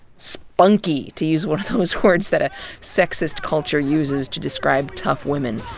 spunky, to use one of those words that a sexist culture uses to describe tough women.